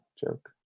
joke